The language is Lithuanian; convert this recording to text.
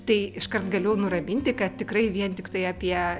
tai iškart galiu nuraminti kad tikrai vien tiktai apie